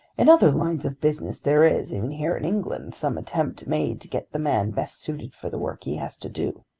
in other lines of business there is, even here in england, some attempt made to get the man best suited for the work he has to do.